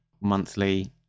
monthly